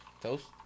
Toast